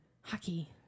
Hockey